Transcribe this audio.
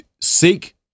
seek